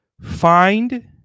Find